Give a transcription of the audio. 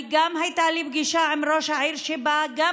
גם הייתה לי פגישה עם ראש העיר ובה גם